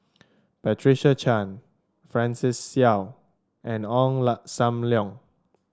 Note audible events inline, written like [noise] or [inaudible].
Patricia Chan Francis Seow and Ong [unintelligible] Sam Leong